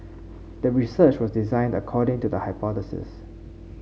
the research was designed according to the hypothesis